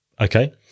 Okay